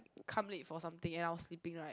come late for something and I was sleeping right